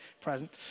present